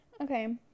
Okay